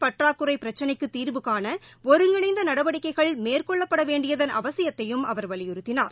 பற்றாக்குறை நீர் தீர்வுகாண ஒருங்கிணைந்த நடவடிக்கைகள் மேற்கொள்ளப்படவேண்டியதன் அவசியத்தையும் அவர் வலியுறுத்தினார்